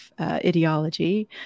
ideology